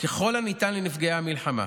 ככל הניתן לנפגעי המלחמה.